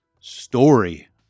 story